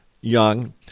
young